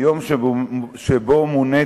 מיום שמונה